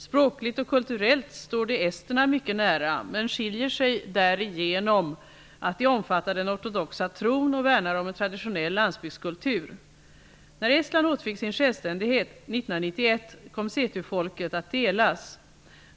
Språkligt och kulturellt står de esterna mycket nära, men skiljer sig därigenom att de omfattar den ortodoxa tron och värnar om en traditionell landsbygdskultur. När Estland återfick sin självständighet 1991 kom setufolket att delas.